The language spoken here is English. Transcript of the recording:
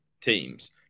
teams